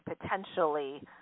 potentially